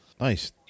Nice